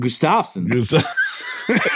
Gustafson